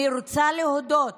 אני רוצה להודות